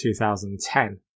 2010